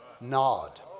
nod